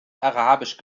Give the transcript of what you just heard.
arabisch